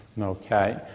Okay